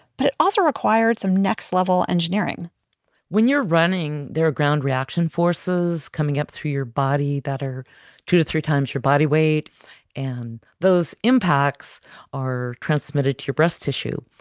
but it also required next level engineering when you're running, there are ground reaction forces coming up through your body that are two to three times your body weight and those impacts are transmitted to your breast tissue.